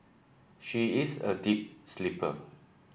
she is a deep sleeper